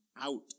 out